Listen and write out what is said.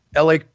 LA